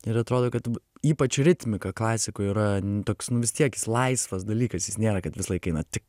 ir atrodo kad ypač ritmika klasikoj yra toks nu vis tiek jis laisvas dalykas jis nėra kad visąlaik eina tik